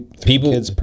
people